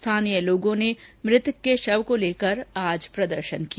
स्थानीय लोगों ने आज मृतक के शव को लेकर प्रदर्शन किया